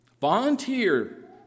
Volunteer